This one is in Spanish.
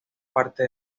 parte